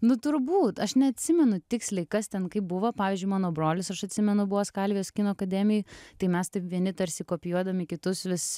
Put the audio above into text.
nu turbūt aš neatsimenu tiksliai kas ten kaip buvo pavyzdžiui mano brolis aš atsimenu buvo skalvijos kino akademijoj tai mes taip vieni tarsi kopijuodami kitus vis